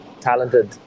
talented